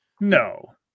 No